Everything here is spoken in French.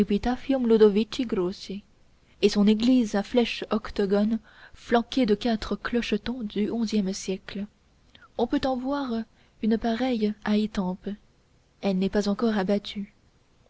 et son église à flèche octogone flanquée de quatre clochetons du onzième siècle on en peut voir une pareille à étampes elle n'est pas encore abattue